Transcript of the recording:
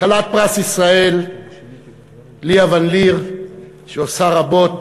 כלת פרס ישראל ליה ון-ליר שעושה רבות